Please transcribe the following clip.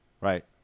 right